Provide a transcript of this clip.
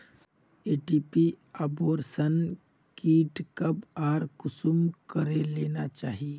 MTP abortion kit कब आर कुंसम करे लेना चही?